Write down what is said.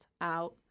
out